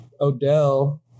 Odell